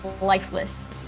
lifeless